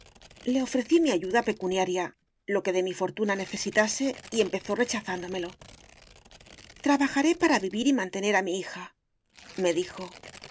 le ofrecí mi ayuda pecuniaria lo que de mi fortuna necesitase y empezó rechazándomelo trabajaré para vivir y mantener a mi hija me dijo